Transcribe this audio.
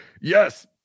Yes